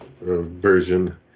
version